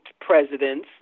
presidents